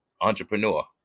entrepreneur